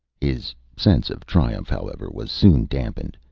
his sense of triumph, however, was soon dampened.